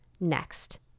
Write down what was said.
next